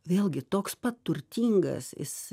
vėlgi toks pat turtingas jis